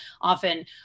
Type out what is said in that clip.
often